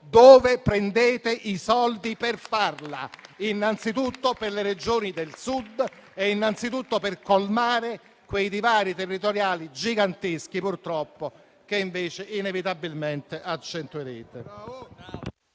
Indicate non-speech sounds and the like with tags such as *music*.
dove prendete i soldi per farla, *applause* innanzitutto per le Regioni del Sud e per colmare quei divari territoriali giganteschi, purtroppo, che invece inevitabilmente accentuerete.